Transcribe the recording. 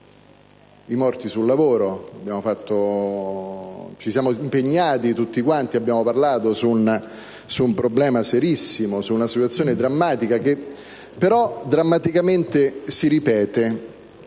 i morti sul lavoro; ci siamo impegnati tutti quanti, abbiamo discusso su un problema serissimo, una situazione drammatica, che però drammaticamente si ripete.